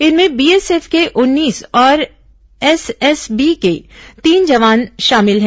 इनमें बीएसएफ के उन्नीस और एसएसबी के तीन जवान शामिल हैं